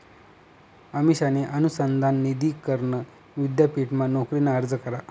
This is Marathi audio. अमिषाने अनुसंधान निधी करण विद्यापीठमा नोकरीना अर्ज करा